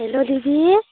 hello दिदी